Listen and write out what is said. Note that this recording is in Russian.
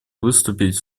выступить